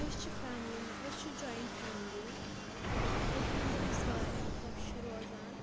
أسۍ چھِ فیملی مہ أسۍ چھِ جویِنٛٹ فیملی یَتھ منٛز أسۍ واریاہ خۄش چھِ روزان